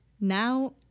now